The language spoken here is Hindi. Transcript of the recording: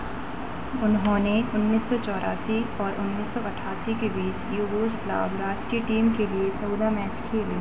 उन्होंने उन्नीस सौ चौरासी और उन्नीस सौ अठासी के बीच यूगोस्लाविया राष्ट्रीय टीम के लिए चौदह मैच खेले